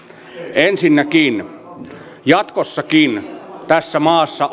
ensinnäkin jatkossakin tässä maassa